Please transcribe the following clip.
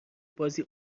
بازی